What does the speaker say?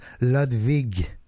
Ludwig